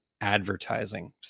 advertising